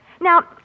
Now